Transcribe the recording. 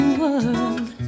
world